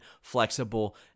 flexible